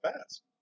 fast